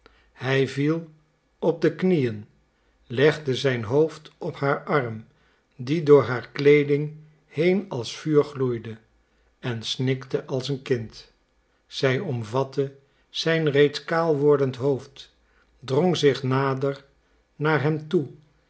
hij viel op de knieën legde zijn hoofd op haar arm die door haar kleeding heen als vuur gloeide en snikte als een kind zij omvatte zijn reeds kaal wordend hoofd drong zich nader naar hem toe